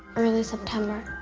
early september?